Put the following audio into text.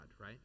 right